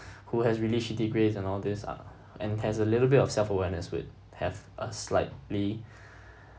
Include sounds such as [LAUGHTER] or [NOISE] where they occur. [BREATH] who has really shitty grades and all this ah and has a little bit of self-awareness would have a slightly